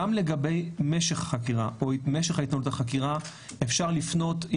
גם לגבי משך החקירה או משך התנהלות החקירה אפשר לפנות,